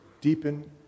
deepen